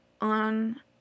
on